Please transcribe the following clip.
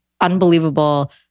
unbelievable